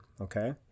Okay